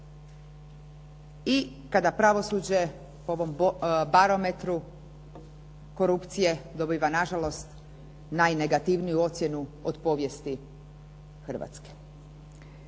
i kada pravosuđe po ovom barometru korupcije dobiva nažalost najnegativniju ocjenu od povijesti Hrvatske.